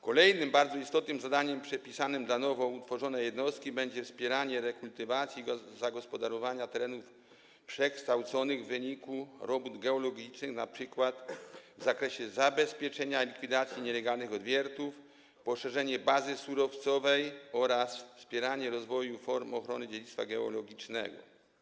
Kolejnym bardzo istotnym zadaniem przypisanym nowo utworzonej jednostce będzie wspieranie rekultywacji i zagospodarowania terenów przekształconych w wyniku robót geologicznych np. w zakresie zabezpieczenia i likwidacji nielegalnych odwiertów, poszerzenie bazy surowcowej oraz wspieranie rozwoju form ochrony dziedzictwa geologicznego.